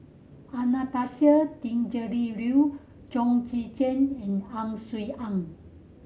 Anastasia Tjendri Liew Chong Tze Chien and Ang Swee Aun